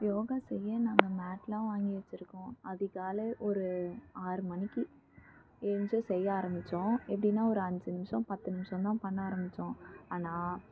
யோகா செய்ய நாங்கள் மேட்லாம் வாங்கி வச்சிருக்கோம் அதிகாலை ஒரு ஆறு மணிக்கு எழுந்திச்சி செய்ய ஆரம்பித்தோம் எப்படின்னா ஒரு அஞ்சு நிமிடம் பத்து நிமிடம் தான் பண்ண ஆரம்பித்தோம் ஆனால்